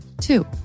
Two